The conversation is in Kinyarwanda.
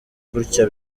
gutya